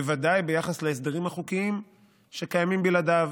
בוודאי ביחס להסדרים החוקיים שקיימים בלעדיו: